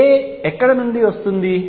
k ఎక్కడ నుండి వస్తుంది